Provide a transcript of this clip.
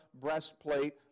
breastplate